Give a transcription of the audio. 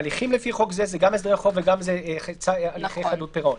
הליכים לפי חוק זה זה גם הסדרי חוב וגם הליכי חדלות פירעון.